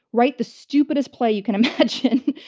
write the stupidest play you can imagine.